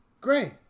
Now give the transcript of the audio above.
Great